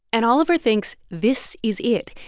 and oliver thinks this is it.